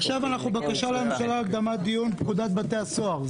עכשיו אנחנו בבקשת הממשלה להקדמת הדיון על פקודת בתי הסוהר.